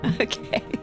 Okay